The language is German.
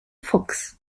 fuchs